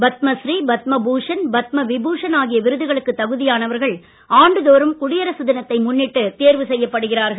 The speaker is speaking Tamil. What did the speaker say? பத்மஸ்ரீ பத்மபூஷன் பத்மவிபூஷன் ஆகிய விருதுகளுக்கு தகுதியானவர்கள் ஆண்டுதோறும் குடியரசு தினத்தை முன்னிட்டு தேர்வு செய்யப்படுகிறார்கள்